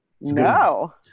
No